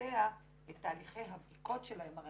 לבצע את תהליכי הבדיקות שלהן,